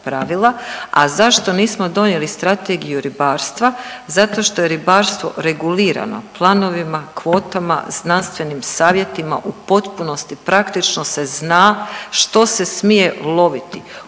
a zašto nismo donijeli Strategiju ribarstva? Zato što je ribarstvo regulirano planovima, kvotama, znanstvenim savjetima, u potpunosti praktično se zna što se smije loviti u